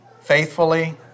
faithfully